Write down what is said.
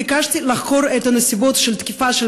ביקשתי לחקור את הנסיבות של התקיפה של